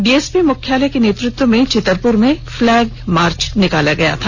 DSP मुख्यालय के नेतृत्व में चितरपुर में फ्लैग मार्च निकाला गया था